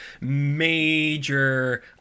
major